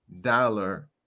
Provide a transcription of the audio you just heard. dollar